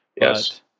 Yes